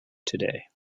today